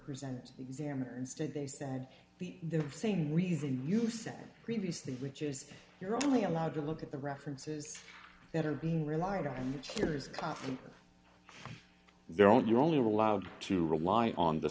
present examiners did they said the same reason you said previously rich is you're only allowed to look at the references that are being relied on the jurors come to their own you're only allowed to rely on the